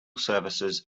services